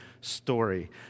story